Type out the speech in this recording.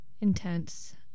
intense